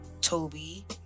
Toby